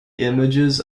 images